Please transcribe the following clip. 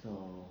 so